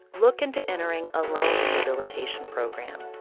look into entering a loan rehabilitation program.